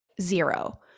zero